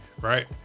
Right